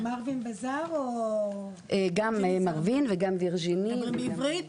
הם הכינו את עצמם בעברית.